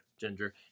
Ginger